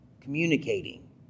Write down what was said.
communicating